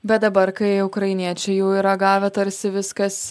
bet dabar kai ukrainiečiai jau yra gavę tarsi viskas